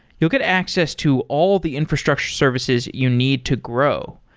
you'll get access to all the infrastructure services you need to grow.